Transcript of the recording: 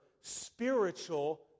spiritual